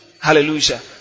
Hallelujah